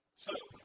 so